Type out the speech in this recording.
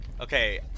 Okay